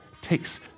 takes